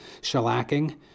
shellacking